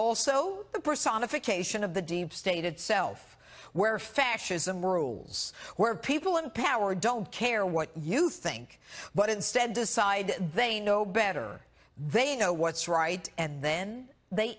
personification of the deep state itself where fascism rules where people in power don't care what you think but instead decide they know better they know what's right and then they